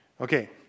Okay